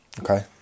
Okay